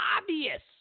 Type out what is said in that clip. obvious